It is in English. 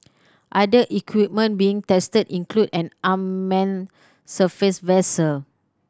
other equipment being tested include an unmanned surface vessel